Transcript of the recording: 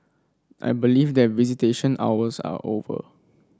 I believe that visitation hours are over